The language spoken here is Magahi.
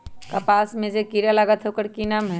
कपास में जे किरा लागत है ओकर कि नाम है?